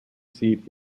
seat